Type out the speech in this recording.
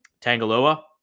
Tangaloa